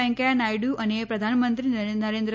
વૈકેંયા નાયડુ અને પ્રધાનમંત્રી નરેન્ન